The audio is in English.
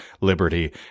liberty